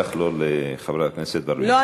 ובטח לא לחברת הכנסת ורבין.